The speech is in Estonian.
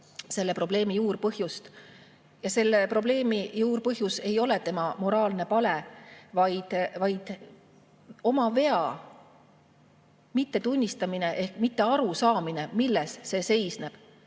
selle probleemi juurpõhjus ei ole tema moraalne pale, vaid oma vea mittetunnistamine ehk mittearusaamine, milles see seisneb.